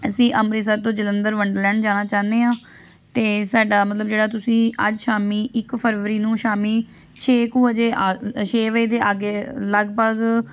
ਅਸੀਂ ਅੰਮ੍ਰਿਤਸਰ ਤੋਂ ਜਲੰਧਰ ਵੰਡਰਲੈਂਡ ਜਾਣਾ ਚਾਹੁੰਨੇ ਹਾਂ ਅਤੇ ਸਾਡਾ ਮਤਲਬ ਜਿਹੜਾ ਤੁਸੀਂ ਅੱਜ ਸ਼ਾਮੀ ਇੱਕ ਫਰਵਰੀ ਨੂੰ ਸ਼ਾਮੀ ਛੇ ਕੁ ਵਜੇ ਆ ਛੇ ਵਜੇ ਦੇ ਆਗੇ ਲਗਭਗ